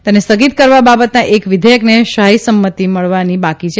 તને સ્થગિત કરવા બાબતના એક વિઘેયકને શાહી સંમતિ મળવાની બાકી છે